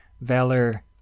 Valor